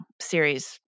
series